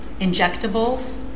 injectables